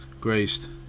graced